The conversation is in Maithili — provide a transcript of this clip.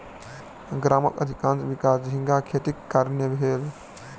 गामक अधिकाँश विकास झींगा खेतीक कारणेँ भेल